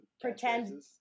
pretend